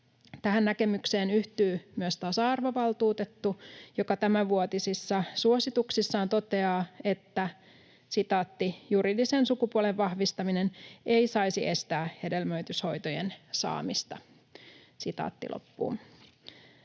Tähän näkemykseen yhtyy myös tasa-arvovaltuutettu, joka tämänvuotisissa suosituksissaan toteaa, että "juridisen sukupuolen vahvistaminen ei saisi estää hedelmöityshoitojen saamista". Arvoisa